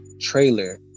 trailer